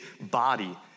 body